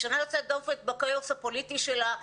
היא שנה יוצאת דופן בכאוס הפוליטי שלה,